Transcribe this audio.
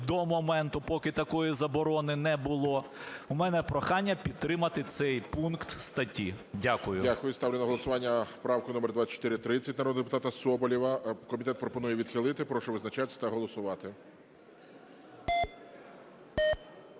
до моменту, поки такої заборони не було, у мене прохання підтримати цей пункт статті. Дякую. ГОЛОВУЮЧИЙ. Дякую. Сталю на голосування правку номер 2430 народного депутата Соболєва. Комітет пропонує відхилити. Прошу визначатися та голосувати.